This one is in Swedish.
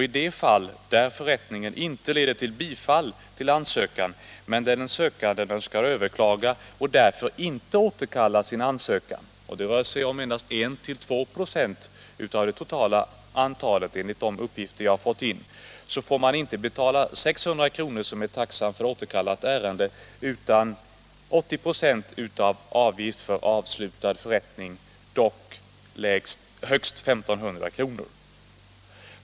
I de fall där förrättningen inte leder till bifall till ansökan men den sökande önskar överklaga och därför inte återkallar sin ansökan — det rör sig om endast 1-2 26 av det totala antalet enligt de uppgifter jag har fått — får han inte betala 600 kr., som är taxan för återkallande av ärende, utan 80 96 av avgiften för avslutad förrättning, dock högst 1 500 kr.